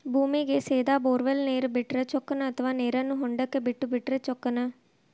ಭೂಮಿಗೆ ಸೇದಾ ಬೊರ್ವೆಲ್ ನೇರು ಬಿಟ್ಟರೆ ಚೊಕ್ಕನ ಅಥವಾ ನೇರನ್ನು ಹೊಂಡಕ್ಕೆ ಬಿಟ್ಟು ಬಿಟ್ಟರೆ ಚೊಕ್ಕನ?